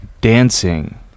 dancing